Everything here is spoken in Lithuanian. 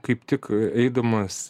kaip tik eidamas